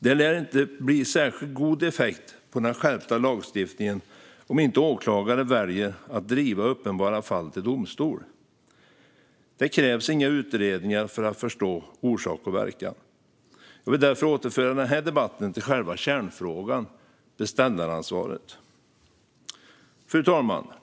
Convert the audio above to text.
Det lär inte bli särskilt god effekt på den skärpta lagstiftningen om inte åklagare väljer att driva uppenbara fall till domstol. Det krävs inga utredningar för att förstå orsak och verkan. Jag vill därför återföra den här debatten till själva kärnfrågan, nämligen beställaransvaret. Fru talman!